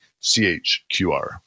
CHQR